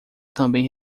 também